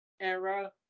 era